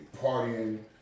partying